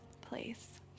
place